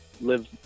live